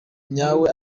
nyawe